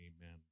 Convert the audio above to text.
amen